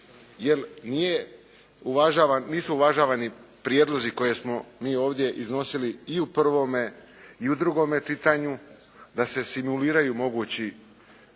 nisu uvažavani prijedlozi koje smo mi ovdje iznosili i u prvome i u drugome čitanju da se simuliraju mogući